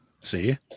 See